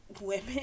women